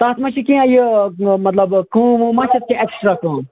تَتھ ما چھِ کیٚنٛہہ یہِ مطلب کٲم وٲم ما چھِ اَتھ کیٚنٛہہ اٮ۪کسٹرا کٲم